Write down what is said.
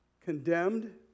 condemned